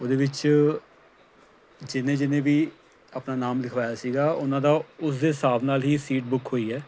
ਉਹਦੇ ਵਿੱਚ ਜਿੰਨ੍ਹੇ ਜਿੰਨ੍ਹੇ ਵੀ ਆਪਣਾ ਨਾਮ ਲਿਖਵਾਇਆ ਸੀਗਾ ਉਹਨਾਂ ਦਾ ਉਸਦੇ ਹਿਸਾਬ ਨਾਲ ਹੀ ਸੀਟ ਬੁੱਕ ਹੋਈ ਹੈ